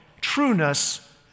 trueness